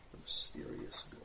Mysterious